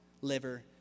liver